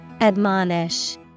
Admonish